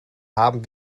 haben